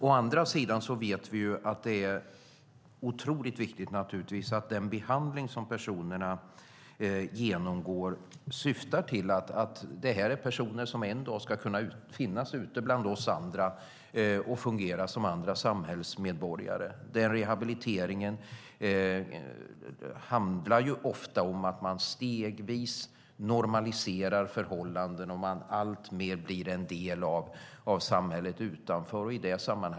Å andra sidan vet vi att det naturligtvis är otroligt viktigt att den behandling som personerna genomgår syftar till att de en dag ska kunna finnas ute bland oss andra och fungera som andra samhällsmedborgare. Rehabiliteringen handlar ofta om att stegvis normalisera förhållanden och att alltmer bli en del av samhället utanför.